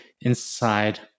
inside